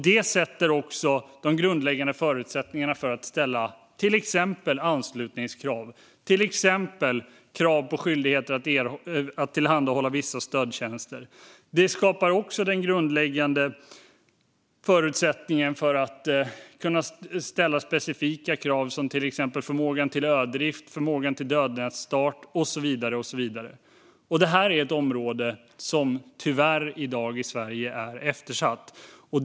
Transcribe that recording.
Det sätter också de grundläggande förutsättningarna för att till exempel ställa anslutningskrav, såsom krav på skyldigheter att tillhandahålla vissa stödtjänster. Det skapar även den grundläggande förutsättningen för att kunna ställa specifika krav som exempelvis förmåga till ödrift, förmåga till dödnätsstart och så vidare. Det här är ett område som tyvärr är eftersatt i dag i Sverige.